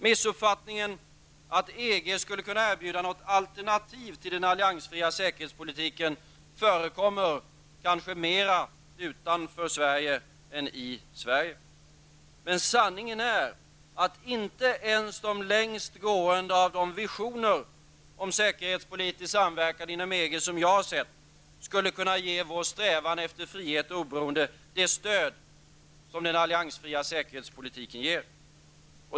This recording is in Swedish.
Missuppfattningen att EG skulle kunna erbjuda något alternativ till den alliansfria säkerhetspolitiken förekommer kanske mera utanför Sverige än i Sverige. Men sanningen är, att inte ens de längst gående av de visioner om säkerhetspolitisk samverkan inom EG som jag har sett skulle kunna ge vår strävan efter frihet och oberoende det stöd som den alliansfria säkerhetspolitiken ger.